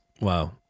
Wow